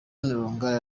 longoria